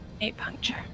A-Puncture